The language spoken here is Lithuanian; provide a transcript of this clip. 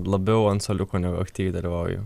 labiau ant suoliuko negu aktyviai dalyvauju